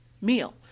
meal